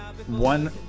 One